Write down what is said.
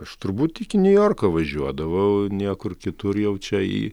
aš turbūt iki niujorko važiuodavau niekur kitur jau čia į